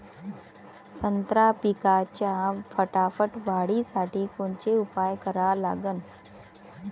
संत्रा पिकाच्या फटाफट वाढीसाठी कोनचे उपाव करा लागन?